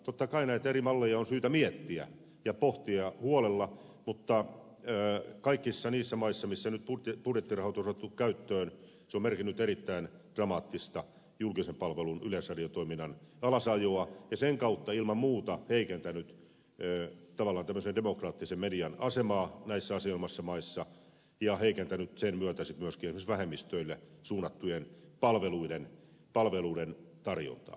totta kai näitä eri malleja on syytä miettiä ja pohtia huolella mutta kaikissa niissä maissa missä nyt budjettirahoitus on otettu käyttöön se on merkinnyt erittäin dramaattista julkisen palvelun yleisradiotoiminnan alasajoa ja sen kautta ilman muuta heikentänyt tavallaan tämmöisen demokraattisen median asemaa näissä asianomaisissa maissa ja heikentänyt sen myötä sitten myöskin esimerkiksi vähemmistöille suunnattujen palveluiden tarjontaa